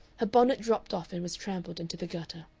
bonnet dropped off and was trampled into the gutter.